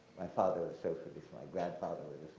my father was socialist. my grandfather was